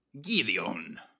Gideon